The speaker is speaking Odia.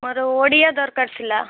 ମୋର ଓଡ଼ିଆ ଦରକାର ଥିଲା